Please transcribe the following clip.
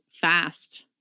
fast